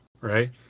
right